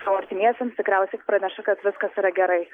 savo artimiesiems tikriausiai praneša kad viskas yra gerai